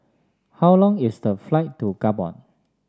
how long is the flight to Gabon